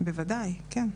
בוודאי, כן.